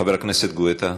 חבר הכנסת גואטה,